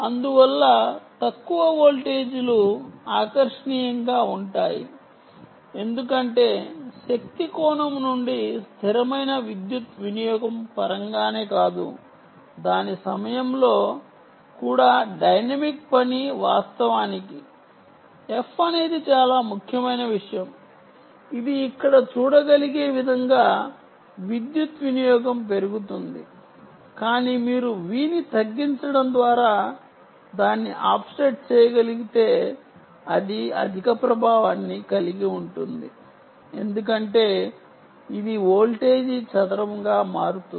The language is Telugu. అందువల్ల తక్కువ వోల్టేజీలు ఆకర్షణీయంగా ఉంటాయి ఎందుకంటే శక్తి కోణం నుండి స్థిరమైన విద్యుత్ వినియోగం పరంగానే కాదు దాని సమయంలో కూడా డైనమిక్ పని వాస్తవానికి f అనేది చాలా ముఖ్యమైన విషయం ఇది ఇక్కడ చూడగలిగే విధంగా విద్యుత్ వినియోగం పెరుగుతుంది కానీ మీరు V ని తగ్గించడం ద్వారా దాన్ని ఆఫ్సెట్ చేయగలిగితే అది అధిక ప్రభావాన్ని కలిగి ఉంటుంది ఎందుకంటే ఇది వోల్టేజ్ చదరపుగా మారుతుంది